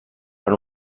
per